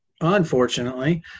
unfortunately